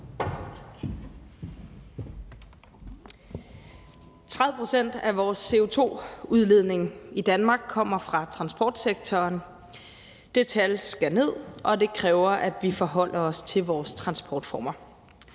30 pct. af vores CO2-udledning i Danmark kommer fra transportsektoren. Det tal skal ned, og det kræver, at vi forholder os til vores transportformer.